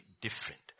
different